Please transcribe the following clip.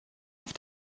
auf